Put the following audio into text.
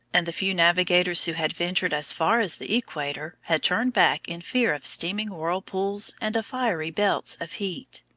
and the few navigators who had ventured as far as the equator had turned back in fear of steaming whirlpools and of fiery belts of heat.